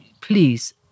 please